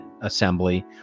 assembly